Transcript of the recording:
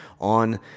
on